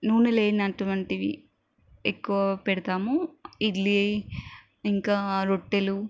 నూనె లేనటువంటివి ఎక్కువగా పెడతాము ఇడ్లీ ఇంకా రొట్టెలు